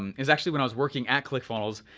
um it was actually when i was working at clickfunnels,